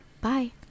Bye